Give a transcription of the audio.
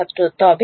ছাত্র তবে